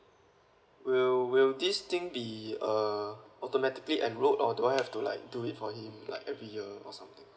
will will this thing be uh automatically enroll or do I have to like do it for him like every year or something